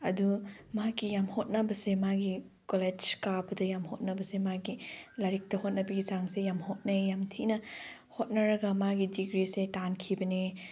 ꯑꯗꯨ ꯃꯥꯒꯤ ꯌꯥꯝ ꯍꯣꯠꯅꯕꯁꯦ ꯃꯥꯒꯤ ꯀꯣꯂꯦꯖ ꯀꯥꯕꯗ ꯌꯥꯝ ꯍꯣꯠꯅꯕꯁꯦ ꯃꯥꯒꯤ ꯂꯥꯏꯔꯤꯛꯇ ꯍꯣꯠꯅꯕꯒꯤ ꯆꯥꯡꯁꯦ ꯌꯥꯝ ꯍꯣꯠꯅꯩ ꯌꯥꯝ ꯊꯤꯅ ꯍꯣꯠꯅꯔꯒ ꯃꯥꯒꯤ ꯗꯤꯒ꯭ꯔꯤꯁꯦ ꯇꯥꯟꯈꯤꯕꯅꯦ